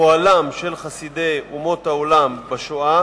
פועלם של חסידי אומות העולם בשואה